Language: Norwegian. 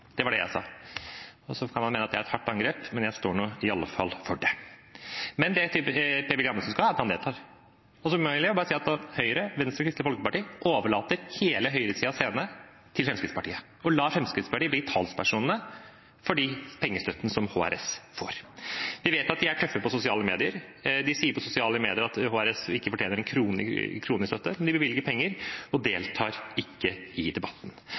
Det var det jeg sa. – Så kan man mene at det er et hardt angrep, men jeg står nå i alle fall for det. Men én ting Per-Willy Amundsen skal ha, er at han deltar. Jeg vil bare si at Høyre, Venstre og Kristelig Folkeparti overlater hele høyresidens scene til Fremskrittspartiet og lar Fremskrittspartiet bli talspersonene for den pengestøtten HRS får. Vi vet at de er tøffe på sosiale medier. De sier i sosiale medier at HRS ikke fortjener en krone i støtte, men de bevilger penger og deltar ikke i debatten.